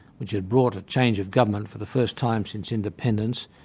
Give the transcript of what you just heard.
which had brought a change of government for the first time since independence,